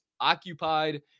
occupied